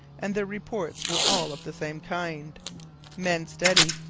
and their reports were all of the same kind men steady,